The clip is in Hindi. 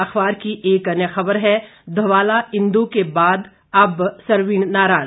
अखबार की एक अन्य खबर है धवाला इंदु के बाद अब सरवीण नाराज